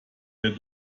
der